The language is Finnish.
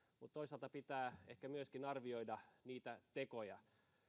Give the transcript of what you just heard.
mutta toisaalta pitää ehkä myöskin arvioida niitä tekoja